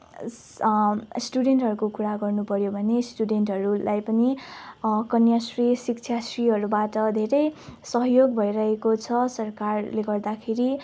स्टुडेन्टहरूको कुरा गर्नु पर्यो भने स्टुडेन्टहरूलाई पनि कन्याश्री शिक्षाश्रीहरूबाट धेरै सहयोग भइरहेको छ सरकारले गर्दाखेरि